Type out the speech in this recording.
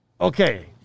okay